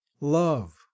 love